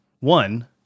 One